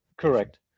Correct